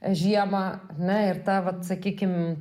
žiemą na ir ta vat sakykim